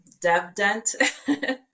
DevDent